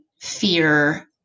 fear